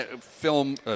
film